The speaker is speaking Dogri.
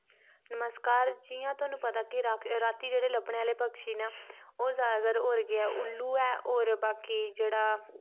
नमस्कार जियां थोआनू पता कि राती जेह्ड़े लब्भने आह्ले पक्षी न ओह् जैदातर और केह् ऐ उल्लू ऐ और बाकी जेह्ड़ा